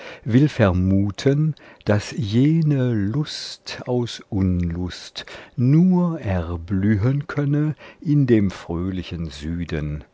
will vermuten daß jene lust aus unlust nur erblühen könne in dem fröhlichen süden